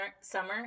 Summer